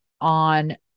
on